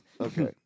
Okay